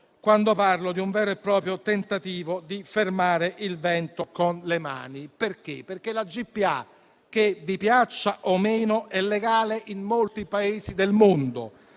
quando parlo di un vero e proprio tentativo di fermare il vento con le mani. Infatti la GPA - che vi piaccia o meno - è legale in molti Paesi del mondo,